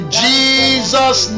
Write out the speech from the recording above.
jesus